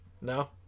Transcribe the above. No